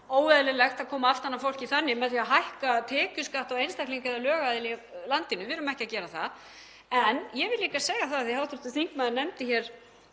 óeðlilegt að koma aftan að fólki þannig, með því að hækka tekjuskatt á einstaklinga eða lögaðila í landinu. Við erum ekki að gera það. En ég vil líka segja það af því hv. þingmaður nefndi hér